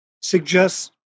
suggests